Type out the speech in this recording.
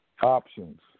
options